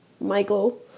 Michael